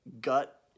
gut